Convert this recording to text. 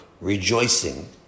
Rejoicing